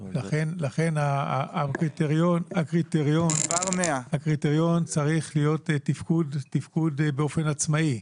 לכן הקריטריון צריך להיות תפקוד באופן עצמאי.